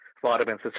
Vitamins